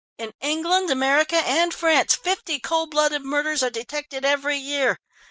in england, america, and france fifty cold-blooded murders are detected every year.